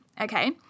okay